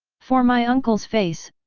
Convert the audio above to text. for my uncle's face,